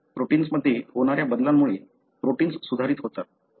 प्रोटिन्समध्ये होणाऱ्या बदलांमुळे प्रोटिन्स सुधारित होतात